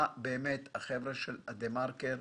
החבר'ה של "דה מרקר"